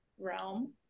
realm